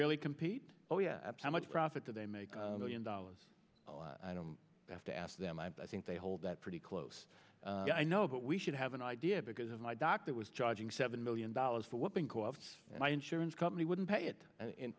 really compete oh yeah but much profit that they make million dollars i don't have to ask them i think they hold that pretty close i know but we should have an idea because of my doctor was charging seven million dollars for one thing co op and i insurance company wouldn't pay it in